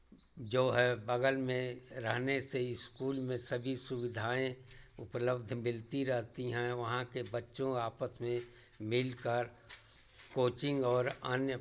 जो है बगल में रहने से ही स्कूल में सभी सुविधाएं उपलब्ध मिलती रहती हैं वहाँ के बच्चों आपस में मिलकर कोचिंग और अन्य